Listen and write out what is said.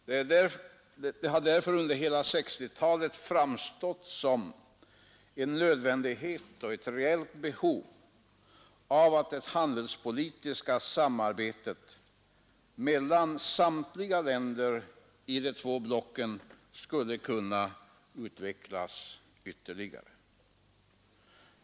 Det har behov att det handelspolitiska samarbetet mellan samtliga länder i de två blocken skulle kunna utvecklas ytterligare.